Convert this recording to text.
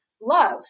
love